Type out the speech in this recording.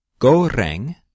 goreng